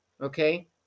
Okay